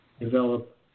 develop